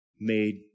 made